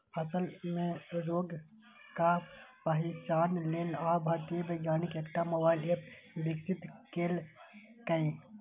फसल मे रोगक पहिचान लेल आब भारतीय वैज्ञानिक एकटा मोबाइल एप विकसित केलकैए